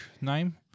name